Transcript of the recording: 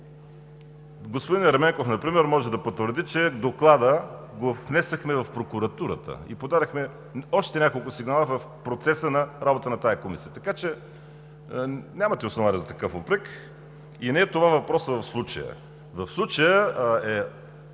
господин Ерменков например може да потвърди, че Доклада го внесохме в прокуратурата и подадохме още няколко сигнала в процеса на работата на тази комисия, така че нямате основание за такъв упрек и не е това въпросът в случая. В случая,